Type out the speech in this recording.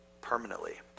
permanently